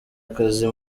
akazi